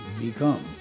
become